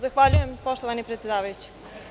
Zahvaljujem poštovani predsedavajući.